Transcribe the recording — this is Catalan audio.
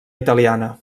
italiana